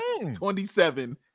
27